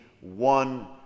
one